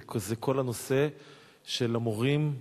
וזה כל הנושא של המורים,